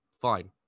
Fine